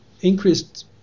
increased